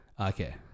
Okay